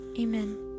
Amen